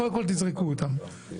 קודם כול תזרקו אותם,